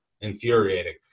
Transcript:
infuriating